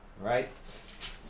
right